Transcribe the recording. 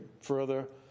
further